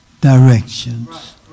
directions